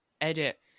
edit